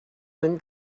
one